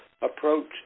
approach